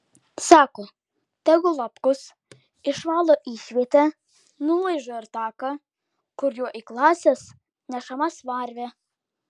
sako tegu lapkus išvalo išvietę nulaižo ir taką kuriuo į klases nešama smarvė